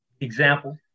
example